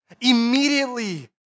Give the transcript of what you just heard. Immediately